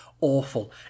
awful